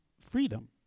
freedom